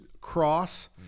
cross